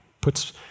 puts